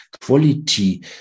quality